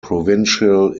provincial